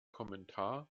kommentar